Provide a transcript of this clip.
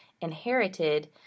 inherited